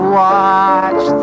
watch